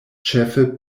ĉefe